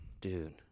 dude